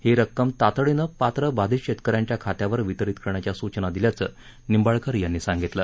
ही रक्कम तातडीनं पात्र बाधित शेतक यांच्या खात्यावर वितरित करण्याच्या सूचना दिल्याचं निंबाळकर यांनी सांगितलं